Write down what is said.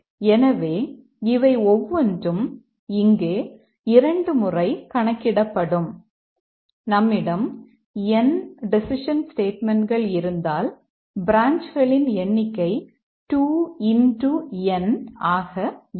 எனவே இவை ஒவ்வொன்றும் இங்கே இரண்டு முறை கணக்கிடப்படும் நம்மிடம் n டெசிஷன் ஸ்டேட்மெண்ட்கள் இருந்தால் பிரான்ச்களின் எண்ணிக்கை 2 n ஆக இருக்கும்